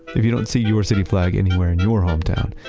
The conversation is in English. if you don't see your city flag anywhere in your hometown,